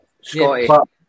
Scotty